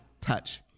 touch